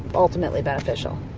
ultimately beneficial?